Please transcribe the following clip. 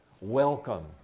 welcome